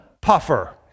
puffer